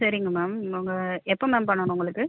சரிங்க மேம் உங்கள் எப்போ மேம் பண்ணணும் உங்களுக்கு